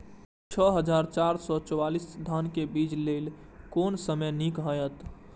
छः हजार चार सौ चव्वालीस धान के बीज लय कोन समय निक हायत?